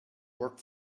work